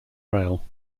rail